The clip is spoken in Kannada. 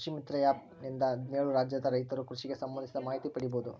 ಕೃಷಿ ಮಿತ್ರ ಆ್ಯಪ್ ನಿಂದ ಹದ್ನೇಳು ರಾಜ್ಯದ ರೈತರು ಕೃಷಿಗೆ ಸಂಭಂದಿಸಿದ ಮಾಹಿತಿ ಪಡೀಬೋದು